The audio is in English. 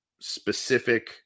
specific